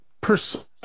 perspective